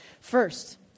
First